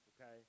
okay